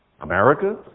America